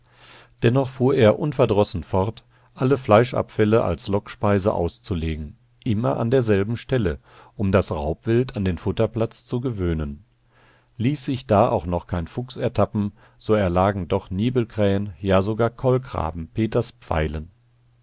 dennoch fuhr er unverdrossen fort alle fleischabfälle als lockspeise auszulegen immer an derselben stelle um das raubwild an den futterplatz zu gewöhnen ließ sich da auch noch kein fuchs ertappen so erlagen doch nebelkrähen ja sogar kolkraben peters pfeilen